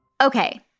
Okay